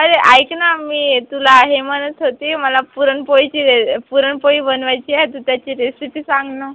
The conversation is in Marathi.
अरे ऐकना मी तुला हे म्हणत होती मला पुरणपोळीची पुरणपोळी बनवायची आहे तर त्याची रेसिपी सांग नं